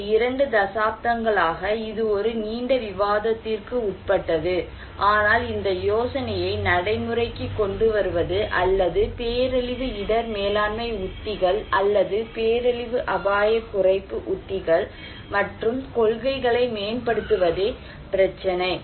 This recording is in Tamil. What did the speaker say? கடந்த இரண்டு தசாப்தங்களாக இது ஒரு நீண்ட விவாதத்திற்கு உட்பட்டது ஆனால் இந்த யோசனையை நடைமுறைக்குக் கொண்டுவருவது அல்லது பேரழிவு இடர் மேலாண்மை உத்திகள் அல்லது பேரழிவு அபாயக் குறைப்பு உத்திகள் மற்றும் கொள்கைகளை மேம்படுத்துவதே பிரச்சினை